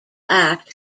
act